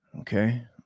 okay